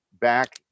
back